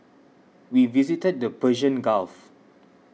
we visited the Persian Gulf